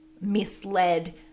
misled